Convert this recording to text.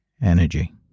energy